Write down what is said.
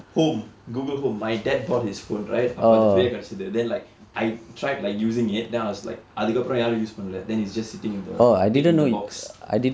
home Google home my dad bought his phone right அப்போ அது:appo athu free ah கிடைத்தது:kidaitthathu then like I tried like using it then I was like அதுக்கு அப்புறம் யாரும்:athukku appuram yaarum use பண்ணவில்லை:pannavillai then it's just sitting in the dead in the box